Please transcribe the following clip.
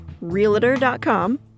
realtor.com